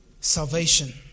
salvation